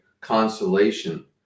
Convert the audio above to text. consolation